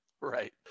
right